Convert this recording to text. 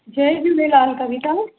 जय Jhulelal कविता